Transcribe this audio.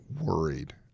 worried